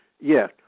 Yes